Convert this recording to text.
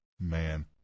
man